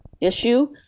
issue